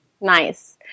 nice